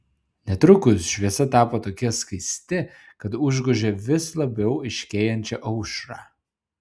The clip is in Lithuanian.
netrukus šviesa tapo tokia skaisti kad užgožė vis labiau aiškėjančią aušrą